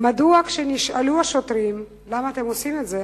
מדוע כשנשאלו השוטרים למה אתם עושים את זה,